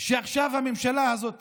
שעכשיו הממשלה הזאת